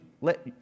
Let